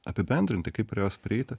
apibendrinti kaip prie jos prieiti